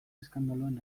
eskandaluen